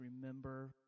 remember